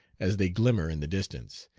as they glimmer in the distance,